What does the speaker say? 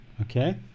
okay